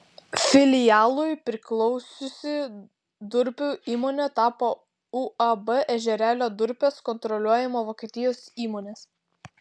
filialui priklausiusi durpių įmonė tapo uab ežerėlio durpės kontroliuojama vokietijos įmonės